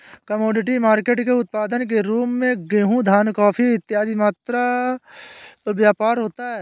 commodity market के उत्पाद के रूप में गेहूं धान कॉफी चीनी इत्यादि का व्यापार होता है